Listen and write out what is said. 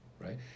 right